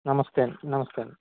నమస్తే అండీ నమస్తే అండీ